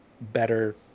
better